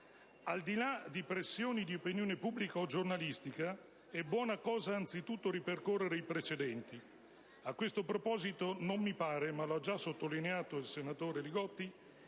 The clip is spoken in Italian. al di là di pressioni di opinione pubblica o giornalistica, è buona cosa anzitutto ripercorrere i precedenti. A questo, proposito non mi pare - ma lo ha già sottolineato il senatore Li Gotti